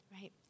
Right